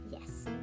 Yes